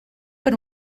per